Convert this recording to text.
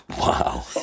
Wow